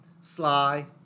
Sly